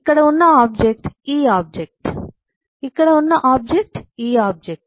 ఇక్కడ ఉన్న ఆబ్జెక్ట్ ఈ ఆబ్జెక్ట్ ఇక్కడ ఉన్న ఆబ్జెక్ట్ ఈ ఆబ్జెక్ట్